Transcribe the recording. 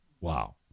Wow